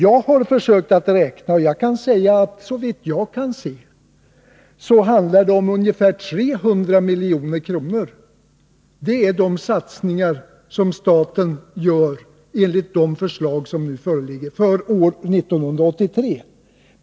Jag har försökt att räkna fram det här, och jag kan säga att det såvitt jag kan se handlar om ungefär 300 milj.kr. Det är de satsningar som staten gör för år 1983 enligt de förslag som nu föreligger.